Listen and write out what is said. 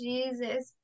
Jesus